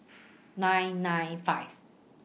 nine nine five